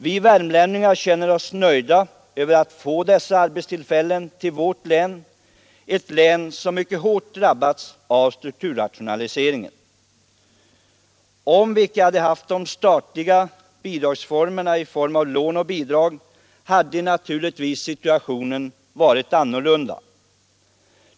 Vi värmlänningar känner oss nöjda över att få dessa arbetstillfällen till vårt län, vilket mycket hårt drabbats av strukturrationaliseringen. Om vi inte hade haft det statliga stödet i form av lån och bidrag hade naturligtvis situationen varit annorlunda.